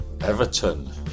Everton